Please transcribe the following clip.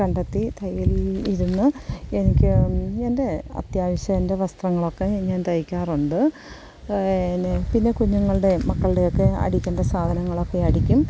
കണ്ടെത്തി തയ്യലിൽ ഇരുന്ന് എനിക്ക് എൻറെ അത്യാവശ്യ എൻറെ വസ്ത്രങ്ങളൊക്കെ ഞാൻ തയ്ക്കാറുണ്ട് നെ പിന്നെ കുഞ്ഞുങ്ങളുടെയും മക്കളുടെ ഒക്കെ അടിക്കേണ്ട സാധനങ്ങളൊക്കെ അടിക്കും